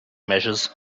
measures